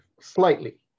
slightly